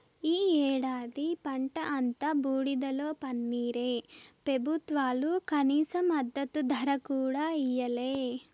ఈ ఏడాది పంట అంతా బూడిదలో పన్నీరే పెబుత్వాలు కనీస మద్దతు ధర కూడా ఇయ్యలే